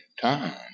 time